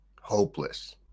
hopeless